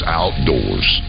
outdoors